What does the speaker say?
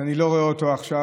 שאני לא רואה אותו עכשיו.